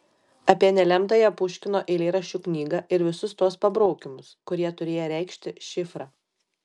apie nelemtąją puškino eilėraščių knygą ir visus tuos pabraukymus kurie turėję reikšti šifrą